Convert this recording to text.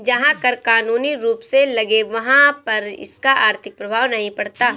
जहां कर कानूनी रूप से लगे वहाँ पर इसका आर्थिक प्रभाव नहीं पड़ता